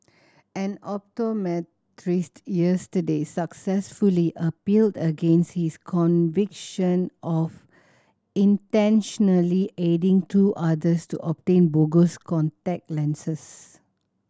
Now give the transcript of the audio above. an optometrist yesterday successfully appealed against his conviction of intentionally aiding two others to obtain bogus contact lenses